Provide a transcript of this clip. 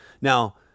Now